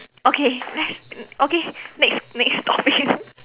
okay next okay next next topic